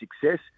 success